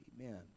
Amen